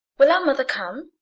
will our mother come?